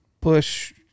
push